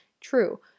true